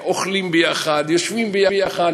אוכלים ביחד, יושבים ביחד.